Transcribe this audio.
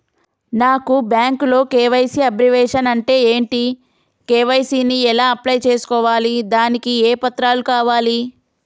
నాకు బ్యాంకులో KYC abbreviation అంటే ఏంటి కే.వై.సీ ని ఎలా అప్లై చేసుకోవాలి దానికి ఏ పత్రాలు కావాలి?